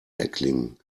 erklingen